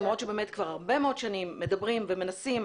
למרות שבאמת כבר הרבה מאוד שנים מדברים ומנסים,